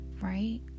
Right